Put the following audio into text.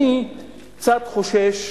אני קצת חושש